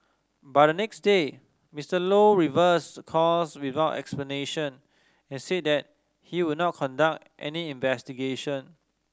but the next day Mister Low reversed course without explanation and said that he would not conduct any investigation